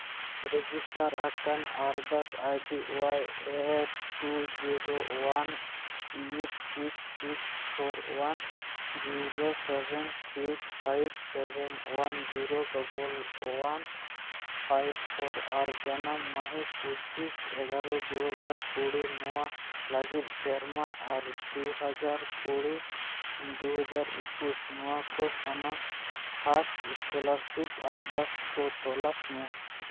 register ᱟᱠᱟᱱ ᱟᱨᱫᱟᱥ ID Y E two zero one eight six six four one zero seven six five seven one zero double one five four ᱟᱨ ᱡᱟᱱᱟᱢ ᱢᱟᱹᱦᱤᱛ ᱯᱚᱸᱪᱤᱥ ᱮᱜᱟᱨᱚ ᱫᱩ ᱦᱟᱡᱟᱨ ᱠᱩᱲᱤ ᱱᱚᱣᱟ ᱞᱟᱹᱜᱤᱫ ᱥᱮᱨᱢᱟ ᱟᱨ ᱫᱩ ᱦᱟᱡᱟᱨ ᱠᱩᱲᱤ ᱫᱩ ᱦᱟᱡᱟᱨ ᱮᱠᱩᱥ ᱱᱚᱣᱟ ᱠᱚ ᱥᱟᱱᱟᱢ ᱯᱷᱟᱥᱴ ᱥᱠᱚᱞᱟᱨᱥᱤᱯ ᱟᱨᱫᱟᱥ ᱠᱚ ᱛᱚᱞᱟᱥ ᱢᱮ